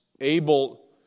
able